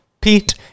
Pete